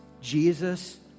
Jesus